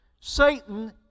Satan